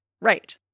Right